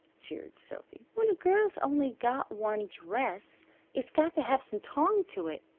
jeered sophy. when a girl's only got one dress it's got to have some tong to it.